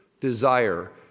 desire